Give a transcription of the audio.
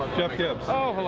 jeff gibbs. oh, hello.